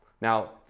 Now